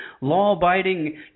law-abiding